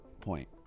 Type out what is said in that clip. point